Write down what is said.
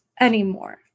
anymore